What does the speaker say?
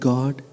God